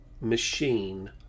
machine